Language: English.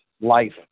life